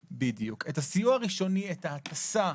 ההטסה,